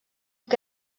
que